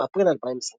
אפריל 2022